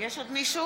יש עוד מישהו?